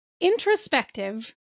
introspective